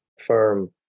Firm